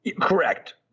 Correct